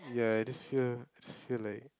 ya I just feel just feel like